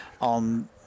on